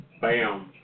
Bam